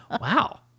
wow